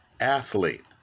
athlete